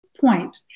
point